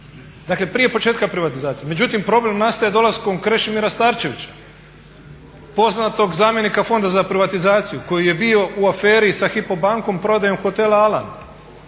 Dakle prije početka privatizacije. Međutim, problem nastaje dolaskom Krešimira Starčevića, poznatog zamjenika Fonda za privatizaciju koji je bio u aferi sa Hypo bankom prodajom hotela ….